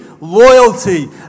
loyalty